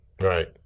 Right